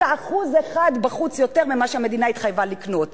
בחוץ את האחוז האחד יותר מהמחיר שהמדינה התחייבה לקנות בו,